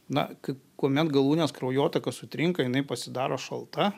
na kaip kuomet galūnės kraujotaka sutrinka jinai pasidaro šalta